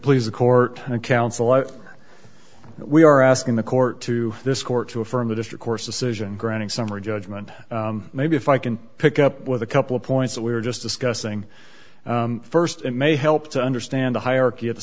please the court counsel i we are asking the court to this court to affirm the district court's decision granting summary judgment maybe if i can pick up with a couple of points that we were just discussing st it may help to understand the hierarchy of the